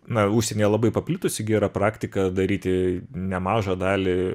na užsienyje labai paplitusi gera praktika daryti nemažą dalį